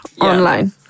online